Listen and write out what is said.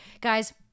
Guys